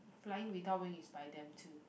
flying without wing is by them too